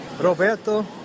Roberto